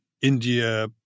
India